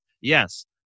Yes